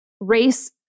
race